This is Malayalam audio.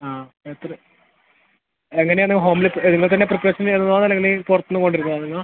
ആ എത്ര എങ്ങനെയാണ് ഹോമിലേക്ക് നിങ്ങൾ തന്നെ പ്രിപ്പറേഷൻ ചെയ്യുന്നതാണോ അല്ലെങ്കിൽ പുറത്ത് നിന്ന് കൊണ്ട് വരുന്നതാണോ നിങ്ങൾ